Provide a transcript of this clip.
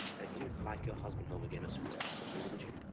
you'd like your husband home again as soon as possible, wouldn't you?